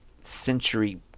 century